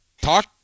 talk